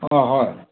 অ' হয়